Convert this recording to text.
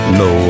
no